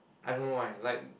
I don't know why like